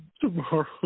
Tomorrow